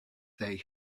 they